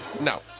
No